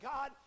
God